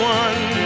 one